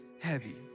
heavy